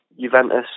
Juventus